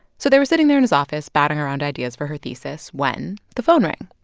so they were sitting there in his office batting around ideas for her thesis when the phone rang.